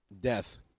death